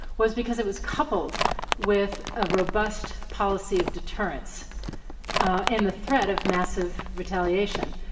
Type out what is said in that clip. was because it was coupled with a robust policy of deterrence and the threat of massive retaliation.